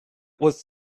was